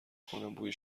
کنم، بوی